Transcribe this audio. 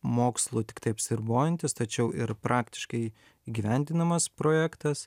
mokslu tiktai apsiribojantis tačiau ir praktiškai įgyvendinamas projektas